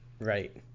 right